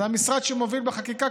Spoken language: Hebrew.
זה המשרד שמוביל בחקיקה,